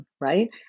right